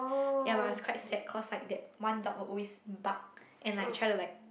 ya but it was quite sad cause like that one dog will always bark and like try to like